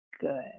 good